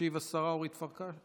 תשיב השרה אורית פרקש.